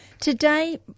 Today